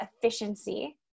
efficiency